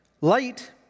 Light